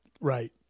Right